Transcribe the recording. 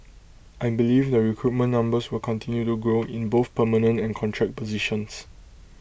I believe the recruitment numbers will continue to grow in both permanent and contract positions